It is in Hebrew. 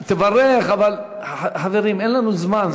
תברך, אבל, חברים, אין לנו זמן.